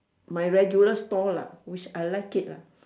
my regular store lah which I like it lah